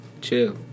chill